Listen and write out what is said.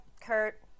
Kurt